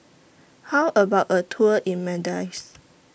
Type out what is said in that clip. How about A Tour in Maldives